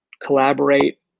Collaborate